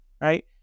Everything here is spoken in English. right